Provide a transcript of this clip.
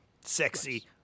Sexy